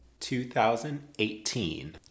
2018